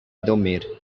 dormir